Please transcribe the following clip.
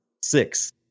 six